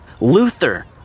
Luther